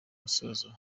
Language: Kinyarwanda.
musozo